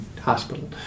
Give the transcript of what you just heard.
hospital